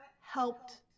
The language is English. helped